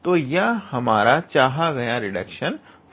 तो यह हमारा चाहा गया रिडक्शन फार्मूला है